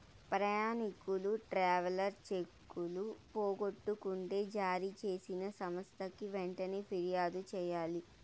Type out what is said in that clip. ప్రయాణికులు ట్రావెలర్ చెక్కులు పోగొట్టుకుంటే జారీ చేసిన సంస్థకి వెంటనే ఫిర్యాదు చెయ్యాలి